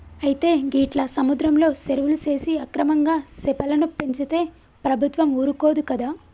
అయితే గీట్ల సముద్రంలో సెరువులు సేసి అక్రమంగా సెపలను పెంచితే ప్రభుత్వం ఊరుకోదు కదా